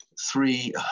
three